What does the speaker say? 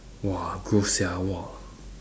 !wah! gross sia !wah!